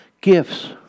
gifts